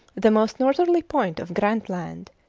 the most northerly point of grant land,